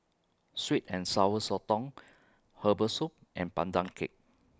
Sweet and Sour Sotong Herbal Soup and Pandan Cake